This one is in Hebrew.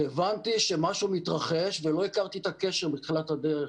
הבנתי שמשהו מתרחש ולא הכרתי את הקשר בתחילת הדרך,